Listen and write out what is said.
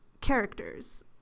characters